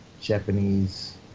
Japanese